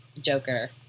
Joker